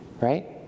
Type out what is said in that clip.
right